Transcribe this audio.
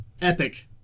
Epic